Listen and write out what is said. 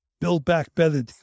build-back-better